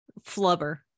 flubber